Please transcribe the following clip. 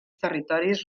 territoris